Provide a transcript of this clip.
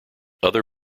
other